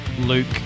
Luke